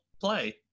play